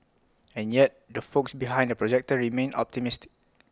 and yet the folks behind the projector remain optimistic